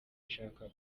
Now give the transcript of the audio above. ishaka